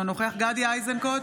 אינו נוכח גדי איזנקוט,